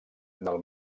del